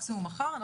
מקסימום מחר,